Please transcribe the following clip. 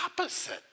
opposite